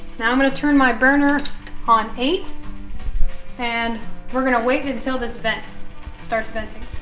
now i'm going to turn my burner on eight and we're going to wait until this vent starts venting